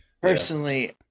personally